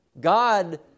God